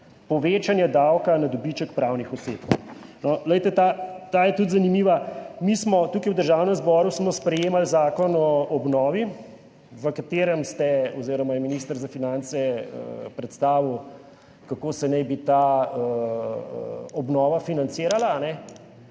povečanje davka na dobiček pravnih oseb. No glejte, ta je tudi zanimiva. Mi smo tukaj v Državnem zboru smo sprejemali Zakon o obnovi, v katerem ste oziroma je minister za finance predstavil, kako se naj bi ta obnova financirala.